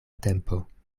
tempo